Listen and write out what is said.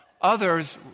others